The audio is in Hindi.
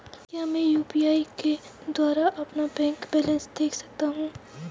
क्या मैं यू.पी.आई के द्वारा अपना बैंक बैलेंस देख सकता हूँ?